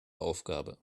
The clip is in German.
aufgabe